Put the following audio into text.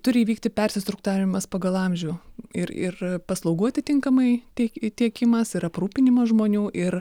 turi įvykti persistruktūravimas pagal amžių ir ir paslaugų atitinkamai tiek tiekimas ir aprūpinimas žmonių ir